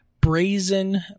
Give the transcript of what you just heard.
brazen